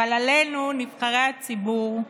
אבל עלינו, נבחרי הציבור,